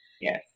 Yes